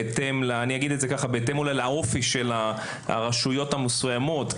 בהתאם לאופי של הרשויות המסוימות.